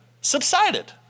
subsided